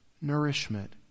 nourishment